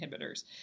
inhibitors